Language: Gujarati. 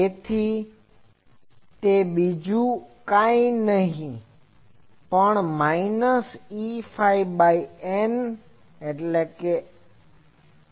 તેથી તે બીજું કાઈ નહી પણ માઇનસ Eφ બાય η છે